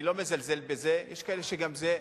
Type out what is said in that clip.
אני לא מזלזל בזה, יש כאלה שגם זה,